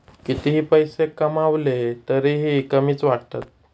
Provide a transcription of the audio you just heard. कितीही पैसे कमावले तरीही कमीच वाटतात